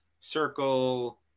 circle